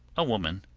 a woman.